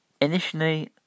Initially